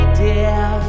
dear